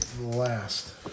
last